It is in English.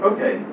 Okay